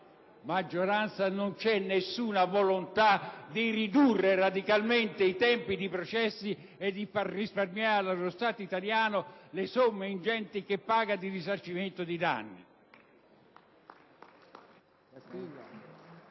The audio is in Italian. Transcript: maggioranza non c'è nessuna volontà di ridurre radicalmente i tempi dei processi e di far risparmiare allo Stato italiano le somme ingenti che paga per il risarcimento dei danni.